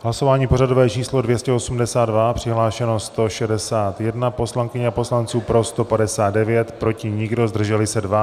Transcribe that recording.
Hlasování pořadové číslo 282, přihlášeno 161 poslankyň a poslanců, pro 159, proti nikdo, zdrželi se 2.